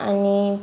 आनी